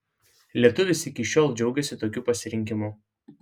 lietuvis iki šiol džiaugiasi tokiu pasirinkimu